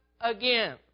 again